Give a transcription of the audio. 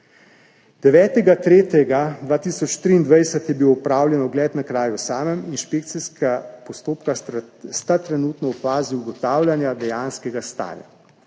9. 3. 2023 je bil opravljen ogled na kraju samem. Inšpekcijska postopka sta trenutno v fazi ugotavljanja dejanskega stanja.